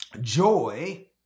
Joy